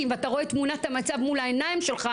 ואתה רואה את תמונת המצב מול העיניים שלך,